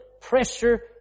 pressure